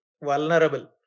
vulnerable